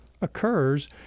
occurs